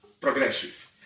progressive